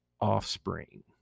offspring